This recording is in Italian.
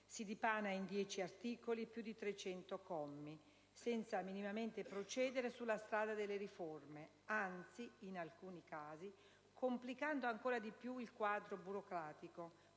si dipana in 10 articoli, più di 300 commi, senza minimamente procedere sulla strada delle riforme, anzi, in alcuni casi, complicando ancora di più il quadro burocratico,